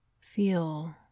Feel